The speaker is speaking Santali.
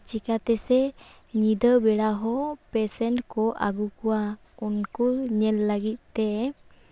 ᱪᱤᱠᱟᱹᱛᱮᱥᱮ ᱧᱤᱫᱟᱹ ᱵᱮᱲᱟ ᱦᱚᱸ ᱯᱮᱥᱮᱱᱴ ᱠᱚ ᱟᱹᱜᱩ ᱠᱚᱣᱟ ᱩᱱᱠᱩ ᱧᱮᱞ ᱞᱟᱹᱜᱤᱫ ᱛᱮ